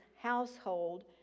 household